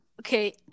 okay